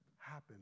happen